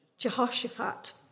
Jehoshaphat